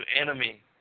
enemy